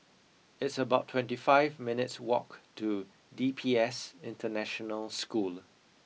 it's about twenty five minutes' walk to D P S International School